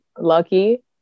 lucky